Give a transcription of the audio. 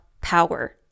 power